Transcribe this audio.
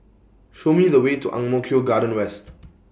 Show Me The Way to Ang Mo Kio Garden West